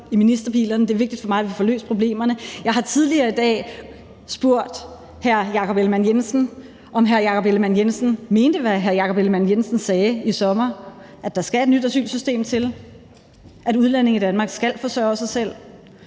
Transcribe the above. det er vigtigt for mig, at vi får løst problemerne. Jeg har tidligere i dag spurgt hr. Jakob Ellemann-Jensen, om han mente, hvad han sagde i sommer, nemlig at der skal et nyt asylsystem til, at udlændinge i Danmark skal forsørge sig selv,